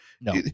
no